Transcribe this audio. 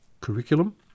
curriculum